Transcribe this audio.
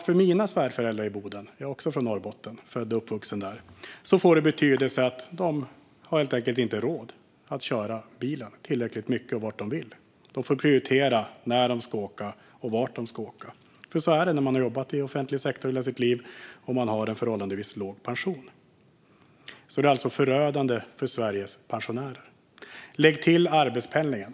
För mina svärföräldrar i Boden - jag är också från Norrbotten; jag är född och uppvuxen där - betyder det att de helt enkelt inte har råd att köra bilen tillräckligt mycket och vart de vill. De får prioritera när de ska åka och vart de ska åka. Så är det när man har jobbat i offentlig sektor hela sitt liv och har en förhållandevis låg pension. Detta är alltså förödande för Sveriges pensionärer. Det drabbar också arbetspendlingen.